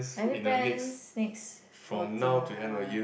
any plans next quarter